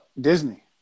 Disney